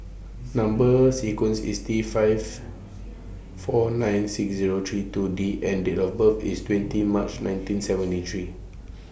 Number sequence IS T five four nine six Zero three two D and Date of birth IS twenty March nineteen seventy three